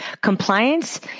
Compliance